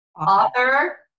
author